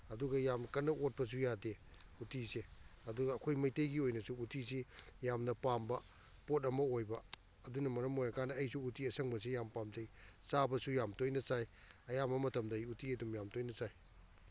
ꯑꯗꯨꯒ ꯌꯥꯝ ꯀꯟꯅ ꯑꯣꯠꯄꯁꯨ ꯌꯥꯗꯦ ꯎꯇꯤꯁꯦ ꯑꯗꯨꯒ ꯑꯩꯈꯣꯏ ꯃꯩꯇꯩꯒꯤ ꯑꯣꯏꯅꯁꯨ ꯎꯇꯤꯁꯤ ꯌꯥꯝꯅ ꯄꯥꯝꯕ ꯄꯣꯠ ꯑꯃ ꯑꯣꯏꯕ ꯑꯗꯨꯅ ꯃꯔꯝ ꯑꯣꯏꯔ ꯀꯥꯟꯗ ꯑꯩꯁꯨ ꯎꯇꯤ ꯑꯁꯪꯕꯁꯤ ꯌꯥꯝꯅ ꯄꯥꯝꯖꯩ ꯆꯥꯕꯁꯨ ꯌꯥꯝ ꯇꯣꯏꯅ ꯆꯥꯏ ꯑꯌꯥꯝꯕ ꯃꯇꯝꯗ ꯑꯩ ꯎꯇꯤ ꯑꯗꯨꯝ ꯌꯥꯝ ꯇꯣꯏꯅ ꯆꯥꯏ